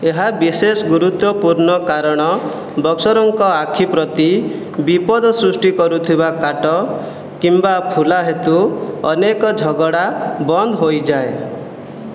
ଏହା ବିଶେଷ ଗୁରୁତ୍ୱପୂର୍ଣ୍ଣ କାରଣ ବକ୍ସରଙ୍କ ଆଖି ପ୍ରତି ବିପଦ ସୃଷ୍ଟି କରୁଥିବା କାଟ କିମ୍ବା ଫୁଲା ହେତୁ ଅନେକ ଝଗଡ଼ା ବନ୍ଦ ହୋଇଯାଏ